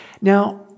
Now